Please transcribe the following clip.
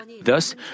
thus